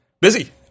Busy